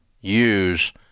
use